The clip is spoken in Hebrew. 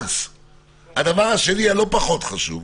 הדבר השני, הלא-פחות חשוב,